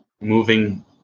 moving